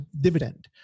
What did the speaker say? dividend